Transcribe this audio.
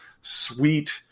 sweet